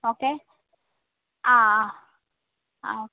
okay ആആ അ okay